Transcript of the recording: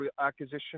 acquisition